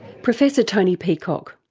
professor tony peacock.